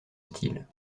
style